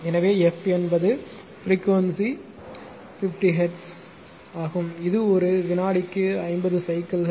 எனவே f என்பது frequency 50 hertz இது ஒரு வினாடிக்கு 50 சைக்கிள்கள்